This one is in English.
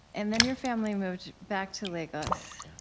and then your family moved back to lagos.